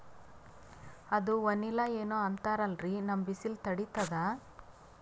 ಅದು ವನಿಲಾ ಏನೋ ಅಂತಾರಲ್ರೀ, ನಮ್ ಬಿಸಿಲ ತಡೀತದಾ?